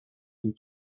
sont